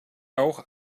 auch